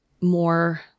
more